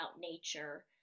nature